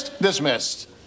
Dismissed